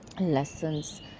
lessons